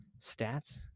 stats